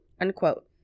Unquote